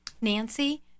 Nancy